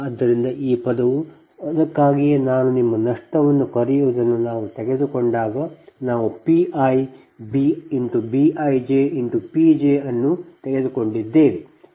ಆದ್ದರಿಂದ ಈ ಪದವು ಅದಕ್ಕಾಗಿಯೇ ನಾವು ನಿಮ್ಮ ನಷ್ಟವನ್ನು ಕರೆಯುವದನ್ನು ನಾವು ತೆಗೆದುಕೊಂಡಾಗ ನಾವು P i B ij P j ಅನ್ನು ತೆಗೆದುಕೊಂಡಿದ್ದೇವೆ